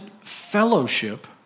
fellowship